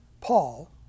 Paul